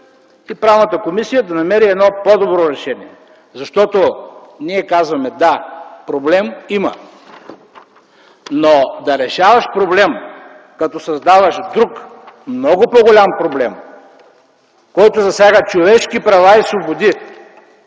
по правни въпроси да намери по-добро решение. Защото ние казваме: да, проблем има, но да решаваш проблем като създаваш друг много по-голям проблем, който засяга човешки права и свободи,